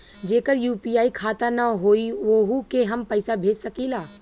जेकर यू.पी.आई खाता ना होई वोहू के हम पैसा भेज सकीला?